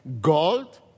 Gold